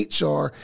HR